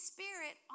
Spirit